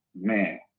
man